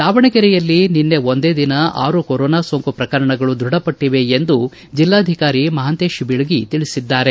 ದಾವಣಗೆರೆಯಲ್ಲಿ ನಿನ್ನೆ ಒಂದೇ ದಿನ ಆರು ಕೊರೋನಾ ಸೋಂಕು ಪ್ರಕರಣಗಳು ದೃಢಪಟ್ಟವೆ ಎಂದು ಜಿಲ್ಲಾಧಿಕಾರಿ ಮಹಾಂತೇಶ ಬೀಳಗಿ ತಿಳಿಸಿದ್ದಾರೆ